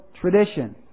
tradition